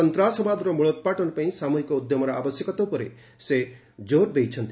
ସନ୍ତାସବାଦର ମ୍ବଳୋତ୍ପାଟନ ପାଇଁ ସାମୁହିକ ଉଦ୍ୟମର ଆବଶ୍ୟକତା ଉପରେ ସେ ଜୋର୍ ଦେଇଛନ୍ତି